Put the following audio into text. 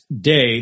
day